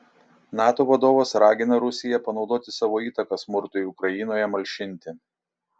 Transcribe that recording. nato vadovas ragina rusiją panaudoti savo įtaką smurtui ukrainoje malšinti